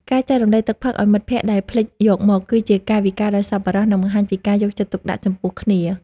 ការចែករំលែកទឹកផឹកឱ្យមិត្តភក្តិដែលភ្លេចយកមក គឺជាកាយវិការដ៏សប្បុរស និងបង្ហាញពីការយកចិត្តទុកដាក់ចំពោះគ្នា។